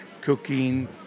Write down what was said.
cooking